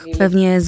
pewnie